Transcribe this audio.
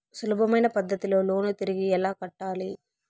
సులభమైన పద్ధతిలో లోను తిరిగి ఎలా కట్టాలి